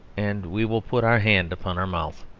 and we will put our hand upon our mouth.